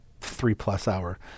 three-plus-hour